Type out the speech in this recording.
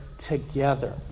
together